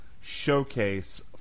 showcase